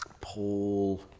Paul